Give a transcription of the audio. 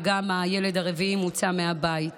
וגם הילד הרביעי מוצא מהבית.